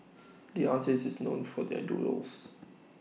the artist is known for their doodles